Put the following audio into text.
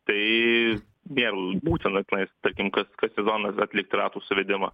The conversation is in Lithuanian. tai vėl būtina tenais tarkim kas kas sezoną atlikti ratų suvedimą